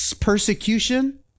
persecution